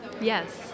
Yes